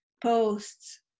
posts